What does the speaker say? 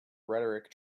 rhetoric